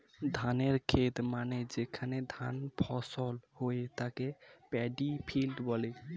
ধানের খেত মানে যেখানে ধান ফসল হয়ে তাকে প্যাডি ফিল্ড বলে